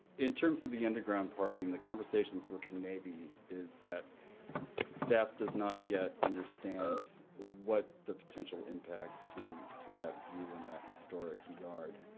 in terms of the underground parking, the conversations with the navy is that staff does not yet understand what the potential impacts to to that view and that historic yard